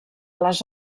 les